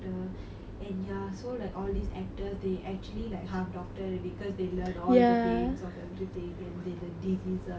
and ya so like all these actors they actually like half doctor already because they learn all the names of everything and they learn diseases